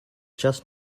just